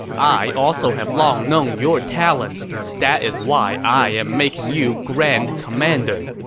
i also have long known your talent that is why i am making you grand commander.